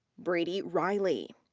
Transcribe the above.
brady riley.